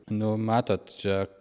nu matot čia